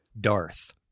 Darth